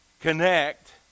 connect